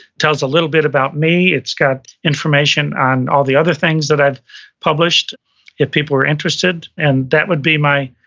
tells a little bit about me. it's got information on all the other things that i've published if people are interested and that would be my,